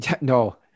No